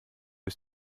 ist